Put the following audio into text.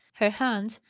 her hands,